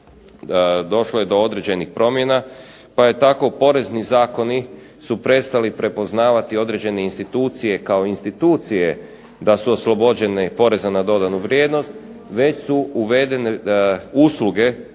došlo je određenih promjena pa su tako porezni zakoni prestali prepoznavati određene institucije kao institucije da su oslobođeni poreza na dodanu vrijednost, već su uvedene usluge